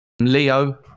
Leo